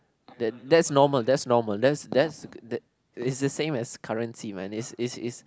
that's normal that's normal that's that's th~ is the same as currency man is is is